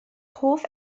hoff